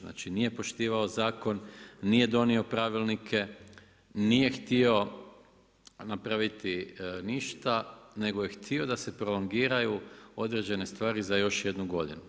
Znači nije poštivao zakon, nije donio pravilnike, nije htio napraviti ništa nego je htio da se prolongiraju određene stvari za još jednu godinu.